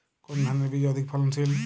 কোন ধানের বীজ অধিক ফলনশীল?